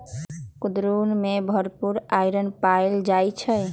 कुंदरू में भरपूर आईरन पाएल जाई छई